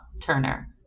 turner